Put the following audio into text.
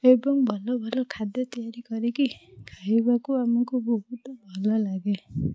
ଏବଂ ଭଲ ଭଲ ଖାଦ୍ୟ ତିଆରି କରିକି ଖାଇବାକୁ ଆମକୁ ବହୁତ ଭଲ ଲାଗେ